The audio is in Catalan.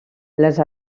les